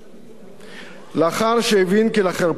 לאחר שהבין כי לחרפה אין רוב בכנסת,